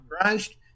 Christ